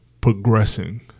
progressing